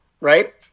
right